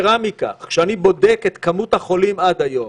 כשאני בודק את כמות החולים עד היום,